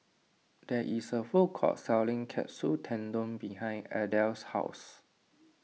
there is a food court selling Katsu Tendon behind Adel's house